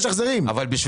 איזה